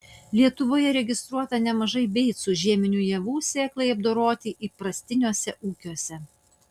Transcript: lietuvoje registruota nemažai beicų žieminių javų sėklai apdoroti įprastiniuose ūkiuose